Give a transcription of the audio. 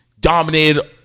dominated